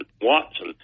Watson